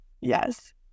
Yes